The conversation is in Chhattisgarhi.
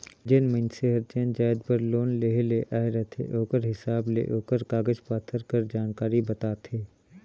जेन मइनसे हर जेन जाएत बर लोन लेहे ले आए रहथे ओकरे हिसाब ले ओकर कागज पाथर कर जानकारी बताथे